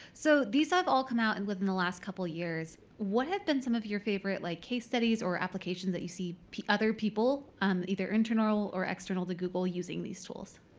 so these ah have all come out and within the last couple of years. what have been some of your favorite, like, case studies or applications that you see other people um either internal or external to google using these tools?